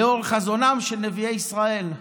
לאור חזונם של נביאי ישראל".